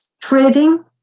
trading